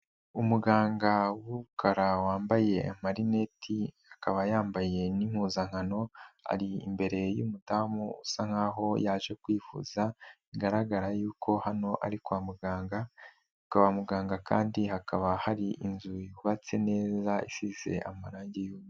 Umuganga w'umukara wambaye marineti akaba yambaye n'impuzankano, ari imbere y'umudamu usa nkaho yaje kwifuza bigaragara yuko hano ari kwa muganga kandi hakaba hari inzu yubatse neza isize amarangi.